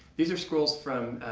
these are scrolls from